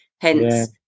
Hence